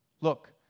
Look